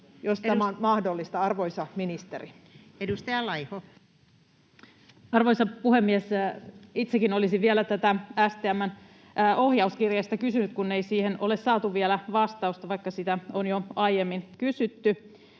Arvoisa puhemies! Itsekin olisin vielä tästä STM:n ohjauskirjeestä kysynyt, kun ei siihen ole saatu vielä vastausta, vaikka sitä on jo aiemmin kysytty,